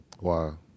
Wow